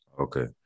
okay